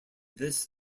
this